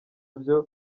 byo